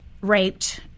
raped